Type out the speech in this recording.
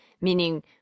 meaning